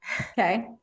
Okay